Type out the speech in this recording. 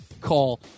call